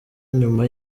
nyuma